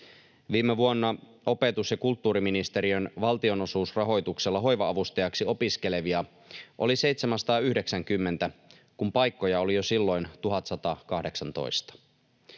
Viime vuonna opetus- ja kulttuuriministeriön valtionosuusrahoituksella hoiva-avustajaksi opiskelevia oli 790, kun paikkoja oli jo silloin 1 118.